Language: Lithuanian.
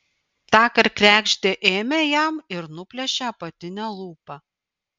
tąkart kregždė ėmė jam ir nuplėšė apatinę lūpą